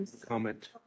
comment